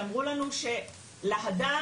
שאמרו לנו- וסליחה,